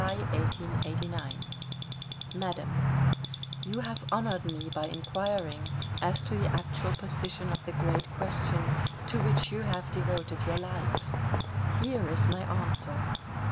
of the great question to which you